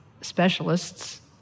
specialists